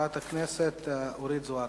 חברת הכנסת אורית זוארץ,